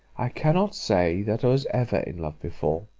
i cannot say that i was ever in love before.